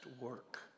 work